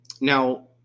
now